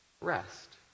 rest